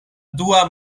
dua